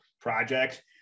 projects